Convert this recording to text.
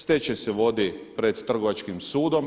Stečaj se vodi pred Trgovačkim sudom.